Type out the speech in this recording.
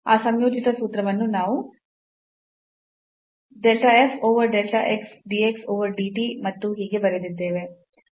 ಆ ಸಂಯೋಜಿತ ಸೂತ್ರವನ್ನು ನಾವು del f over del x dx over dt ಮತ್ತು ಹೀಗೆ ಬರೆದಿದ್ದೇವೆ